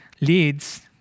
leads